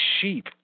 sheep